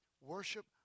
Worship